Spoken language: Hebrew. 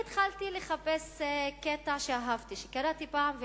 התחלתי לחפש קטע שקראתי פעם ואהבתי,